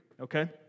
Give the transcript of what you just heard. Okay